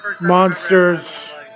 monsters